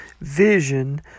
vision